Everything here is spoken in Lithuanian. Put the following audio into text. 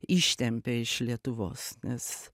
ištempė iš lietuvos nes